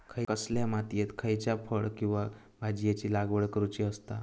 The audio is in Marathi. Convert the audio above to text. कसल्या मातीयेत खयच्या फळ किंवा भाजीयेंची लागवड करुची असता?